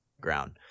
ground